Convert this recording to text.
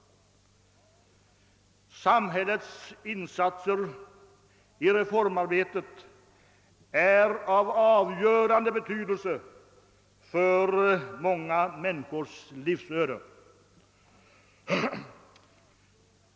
Samhällets insatser i reformarbetet är av avgörande betydelse för många människors livsöde.